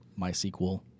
MySQL